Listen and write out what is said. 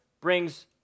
brings